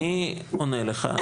אני פונה אליך,